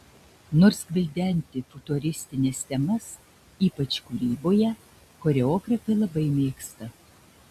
nors gvildenti futuristines temas ypač kūryboje choreografė labai mėgsta